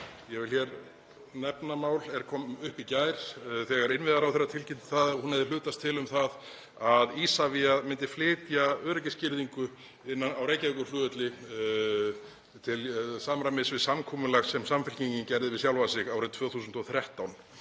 Ég vil hér nefna mál er kom upp í gær þegar innviðaráðherra tilkynnti að hún hefði hlutast til um það að Isavia myndi flytja öryggisgirðingu á Reykjavíkurflugvelli til samræmis við samkomulag sem Samfylkingin gerði við sjálfa sig árið 2013.